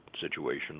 situation